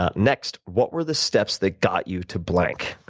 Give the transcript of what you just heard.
ah next. what were the steps that got you to blank?